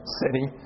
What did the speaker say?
city